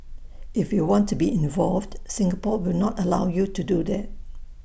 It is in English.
if you want to be involved Singapore will not allow you to do that